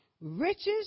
riches